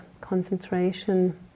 concentration